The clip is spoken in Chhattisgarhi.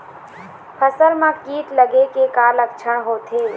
फसल म कीट लगे के का लक्षण होथे?